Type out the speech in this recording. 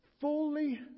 fully